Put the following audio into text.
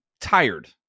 tired